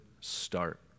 start